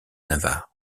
navarre